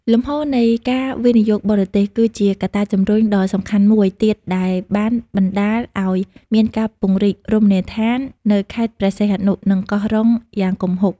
លំហូរនៃការវិនិយោគបរទេស គឺជាកត្តាជំរុញដ៏សំខាន់មួយទៀតដែលបានបណ្ដាលឲ្យមានការពង្រីករមណីយដ្ឋាននៅខេត្តព្រះសីហនុ និងកោះរ៉ុងយ៉ាងគំហុក។